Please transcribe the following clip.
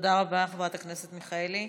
תודה רבה, חברת הכנסת מיכאלי.